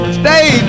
stay